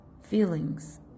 feelings